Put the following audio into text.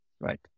right